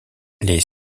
les